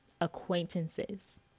acquaintances